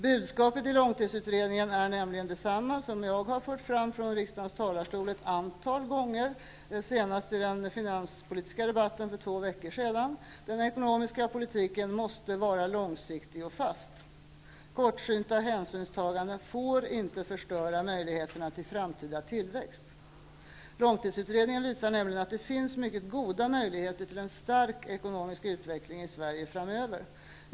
Budskapet i långtidsutredningen är nämligen detsamma som det som jag har fört fram i riksdagens talarstol ett antal gånger, senast i den finanspolitiska debatten för två veckor sedan: den ekonomiska politiken måste vara långsiktig och fast. Kortsynta hänsynstaganden får inte förstöra möjligheterna till framtida tillväxt. Långtidsutredningen visar nämligen att det finns mycket goda möjligheter till en stark ekonomisk utveckling i Sverige framöver.